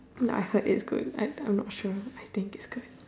I heard it's good I not sure I think it's good